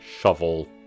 shovel